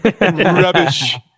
rubbish